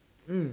mm